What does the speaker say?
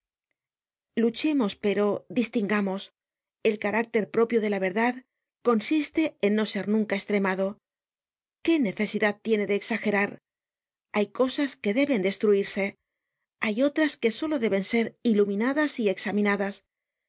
luchemos pero distingamos el carácter propio de la verdad consiste en no ser nunca estremado qué necesidad tiene de exagerar hay cosas que dehen destruirse hay otras que solo deben ser iluminadas y examinadas